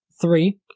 three